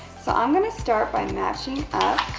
so, i'm going to start by matching up